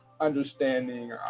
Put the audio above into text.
understanding